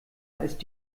ist